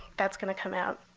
that's going to come out.